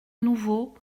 nouveau